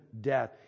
death